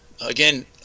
again